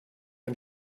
ein